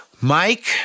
Mike